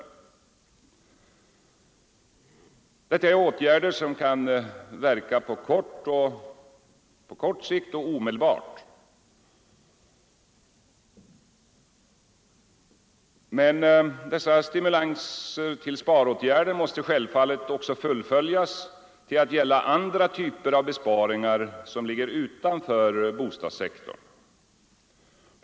Men detta är åtgärder som kan verka på kort sikt och omedelbart, och denna stimulans till sparåtgärder måste självfallet också fullföljas till att gälla andra typer av besparingar som ligger utanför bostadssektorn.